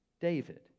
David